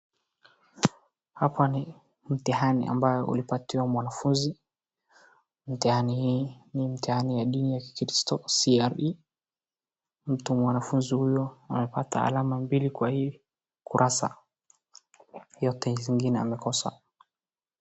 Hapa ni mtihani ambaye ilipatiwa mwanafunzi. Mtihani hii ni mtihani ya dini ya kikristo CRE .Mwanafunzi huyo anapata alama mbili kwa hii kurasa yote ingine amekosa.